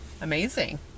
Amazing